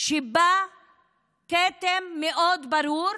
שבה כתם מאוד ברור,